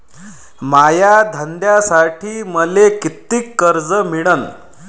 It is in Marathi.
माया धंद्यासाठी मले कितीक कर्ज मिळनं?